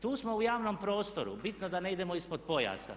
Tu smo u javnom prostotu, bitno da ne idemo ispod pojasa.